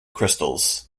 crystals